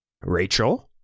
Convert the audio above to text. Rachel